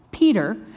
Peter